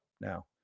now